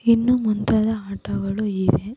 ಇನ್ನೂ ಮುಂತಾದ ಆಟಗಳು ಇವೆ